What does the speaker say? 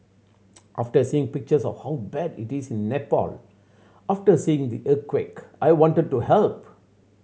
after seeing pictures of how bad it is in Nepal after seeing the earthquake I wanted to help